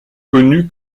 connue